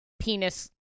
penis